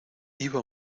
iba